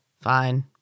Fine